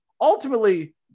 Ultimately